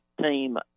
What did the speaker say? team